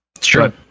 Sure